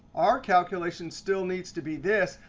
our calculation still needs to be this.